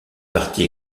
partie